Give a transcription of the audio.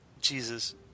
Jesus